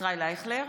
ישראל אייכלר,